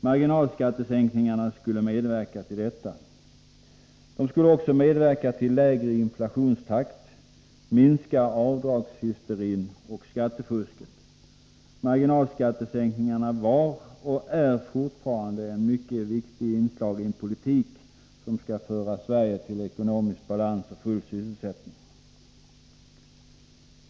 Marginalskattesänkningarna skulle medverka till detta. De skulle också medverka till lägre inflationstakt samt att minska avdragshysteriet och skattefusket. Marginalskattesänkningarna var och är fortfarande ett mycket viktigt inslag i en politik som skall föra Sverige till ekonomisk balans och full sysselsättning.